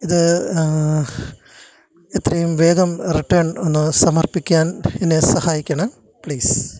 ഇത് എത്രയും വേഗം റിട്ടേൺ ഒന്ന് സമർപ്പിക്കാൻ എന്നെ സഹായിക്കണം പ്ലീസ്സ്